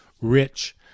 rich